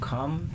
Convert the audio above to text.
Come